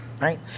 Right